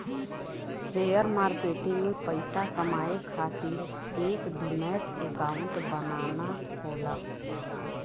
share market में पइसा कमाये खातिर एक डिमैट अकांउट बनाना होला